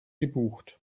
gebucht